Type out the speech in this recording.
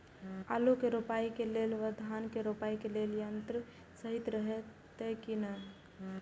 आलु के रोपाई के लेल व धान के रोपाई के लेल यन्त्र सहि रहैत कि ना?